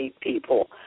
people